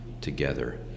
together